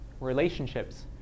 relationships